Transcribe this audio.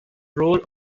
role